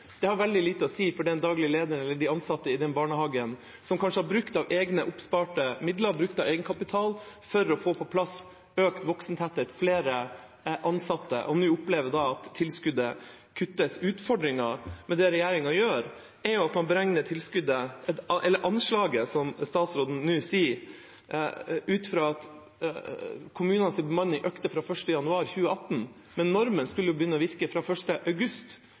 Det har veldig lite å si for den daglige lederen eller de ansatte i barnehagen som kanskje har brukt av oppsparte midler og egenkapital for å få på plass økt voksentetthet, flere ansatte, og som nå opplever at tilskuddet kuttes. Utfordringen med det regjeringa gjør, er at man beregner tilskuddet – eller anslaget, som statsråden nå sier – ut fra at kommunenes bemanning økte fra 1. januar 2018, mens normen skulle begynne å virke fra 1. august